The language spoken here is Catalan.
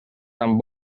tan